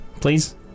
please